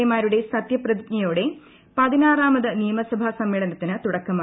A മാരുടെ സത്യപ്രതിജ്ഞ യോടെ പതിനാറാമത് നിയമസഭാ സമ്മേളത്തിന് തുടക്കമായി